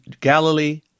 Galilee